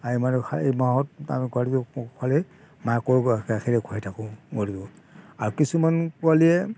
time আৰু খাই এমাহত আমি পোৱালিটো পখালি মাকৰ গা গাখীৰে খুৱাই থাকোঁ গৰুক আৰু কিছুমান পোৱালিয়ে